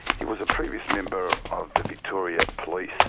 he was a previous member of the victoria police.